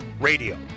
radio